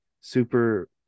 super